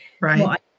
Right